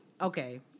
Okay